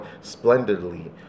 splendidly